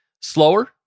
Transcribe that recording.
slower